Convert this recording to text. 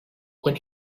when